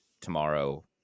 tomorrow